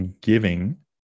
giving